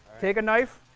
take a knife,